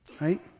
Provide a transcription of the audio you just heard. Right